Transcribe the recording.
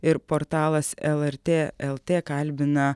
ir portalas lrt lt kalbina